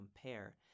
compare